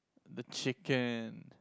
the chicken